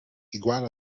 igual